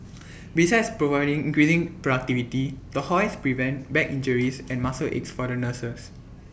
besides increasing productivity the hoists prevent back injuries and muscle aches for the nurses